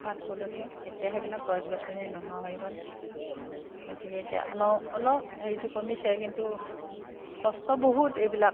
পাট পলুটো এতিয়া সেইবিলাক গছ গছনি নোহোৱা হৈ গ'ল গতিকে এতিয়া অলপ হেৰিটো কমিছে কিন্তু কষ্ট বহুত এইবিলাক